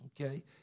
Okay